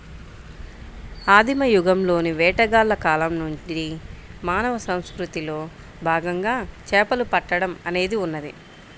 ఆదిమ యుగంలోని వేటగాళ్ల కాలం నుండి మానవ సంస్కృతిలో భాగంగా చేపలు పట్టడం అనేది ఉన్నది